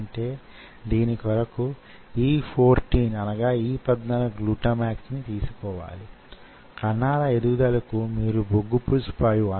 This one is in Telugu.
ఎలుకలలో పరివర్తన చెందిన ఎలుకలలో మ్యూటెంట్ మైస్ లో రకరకాల ఎలుకలలో కండరాల రుగ్మతలు వున్నాయి